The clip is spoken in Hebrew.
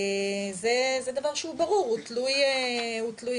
זה דבר שהוא ברור, הוא תלוי אמצעים.